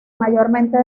mayormente